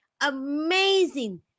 amazing